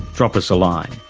drop us a line.